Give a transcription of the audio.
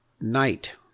night